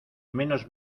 menos